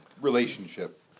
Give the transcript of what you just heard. relationship